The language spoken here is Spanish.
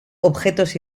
objetos